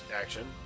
action